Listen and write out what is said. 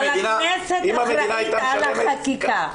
אבל הכנסת אחראית על חקיקה.